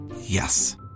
Yes